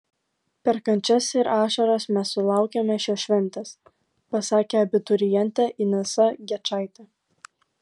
per kančias ir ašaras mes sulaukėme šios šventės pasakė abiturientė inesa gečaitė